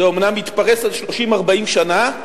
זה אומנם יתפרס על 30 40 שנה,